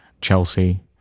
Chelsea